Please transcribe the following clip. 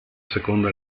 seconda